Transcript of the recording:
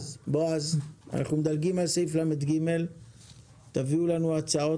אנחנו מדלגים על סעיף 14לג. תביאו לנו הצעות